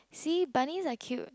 see bunnies are cute